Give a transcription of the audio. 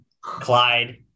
Clyde